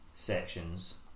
Sections